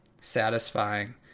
satisfying